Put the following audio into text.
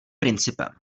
principem